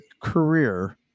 career